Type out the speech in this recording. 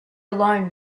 alone